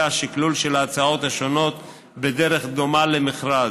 שקלול של ההצעות השונות בדרך דומה למכרז,